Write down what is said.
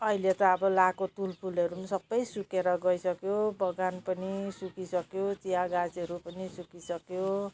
अहिले त अब लगाएको तुलफुलहरू सब सुकेर गइसक्यो बगान पनि सुकिसक्यो चिया गाछहरू पनि सुकिसक्यो